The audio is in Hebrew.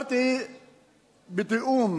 אישרתי בתיאום,